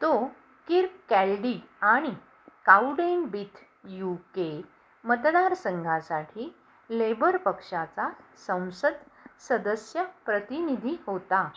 तो किर्ककॅल्डी आणि Cowdenbeath U K मतदारसंघासाठी लेबर पक्षाचा संसद सदस्य प्रतिनिधी होता